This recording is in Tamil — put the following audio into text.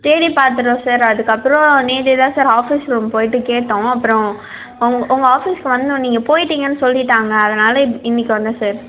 தேடி பார்த்துட்டோம் சார் அதற்கப்புறம் நேற்று தான் சார் ஆஃபீஸ் ரூம் போய்விட்டு கேட்டோம் அப்புறம் அவங்க உங்கள் ஆஃபீஸ் வந்தோம் நீங்கள் போய்ட்டிங்கன்னு சொல்லிவிட்டாங்க அதனால் இன்னிக்கு வந்தோம் சார்